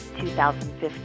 2015